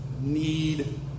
need